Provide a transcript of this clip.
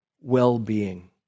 well-being